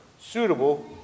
suitable